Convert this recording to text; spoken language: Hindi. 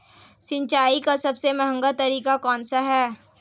सिंचाई का सबसे महंगा तरीका कौन सा है?